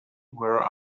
where